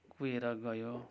कुहिएर गयो